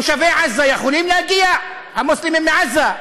תושבי עזה יכולים להגיע, המוסלמים מעזה?